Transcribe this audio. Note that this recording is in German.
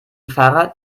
fahrrad